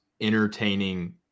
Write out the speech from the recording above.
entertaining –